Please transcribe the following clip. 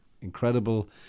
Incredible